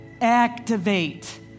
Activate